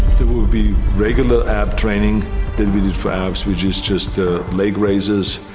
there will be regular ab training that we did for abs, which is just leg raises.